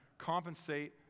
compensate